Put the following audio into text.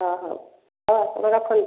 ହ ହଉ ହ ରଖନ୍ତୁ ତାହେଲେ